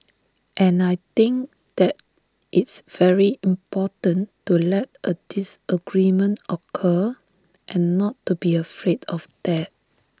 and I think that it's very important to let A disagreement occur and not to be afraid of that